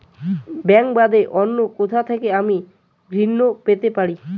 Bank বাদে অন্য কোথা থেকে আমি ঋন পেতে পারি?